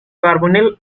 carbonyl